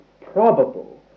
probable